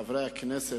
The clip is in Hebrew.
חברי הכנסת,